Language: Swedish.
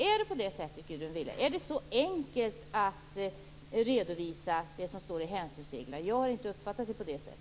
Är det så enkelt, Gudrun Lindvall, att redovisa det som står i hänsynsreglerna? Jag har inte uppfattat det på detta sätt.